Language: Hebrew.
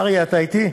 אריה, אתה אתי?